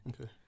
Okay